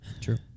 true